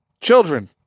children